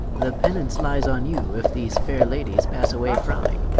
the pennance lyes on you if these faire ladies passe away frowning